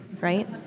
right